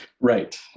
Right